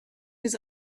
his